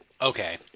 Okay